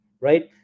right